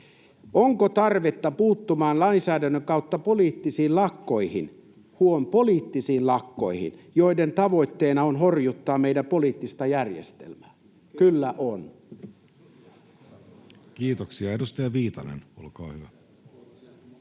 kautta poliittisiin lakkoihin, huom. poliittisiin lakkoihin, joiden tavoitteena on horjuttaa meidän poliittista järjestelmäämme? Kyllä on. Kiitoksia. — Edustaja Viitanen, olkaa hyvä.